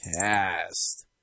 cast